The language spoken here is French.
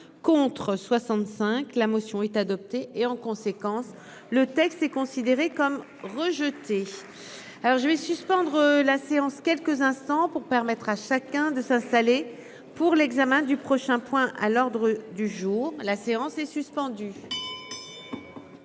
contre 65 la motion est adoptée et, en conséquence, le texte est considéré comme rejeté alors je vais suspendre la séance quelques instants pour permettre à chacun de s'installer pour l'examen du prochain point à l'ordre du jour, la séance est suspendue.